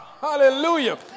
Hallelujah